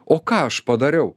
o ką aš padariau